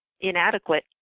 inadequate